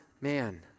man